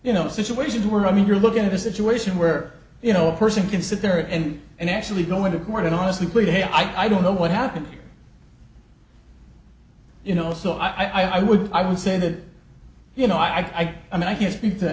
you know situation where i mean you're looking at a situation where you know a person can sit there and and actually go into court and honestly plead hey i don't know what happened you know so i would i would say that you know i can't i mean i can't speak to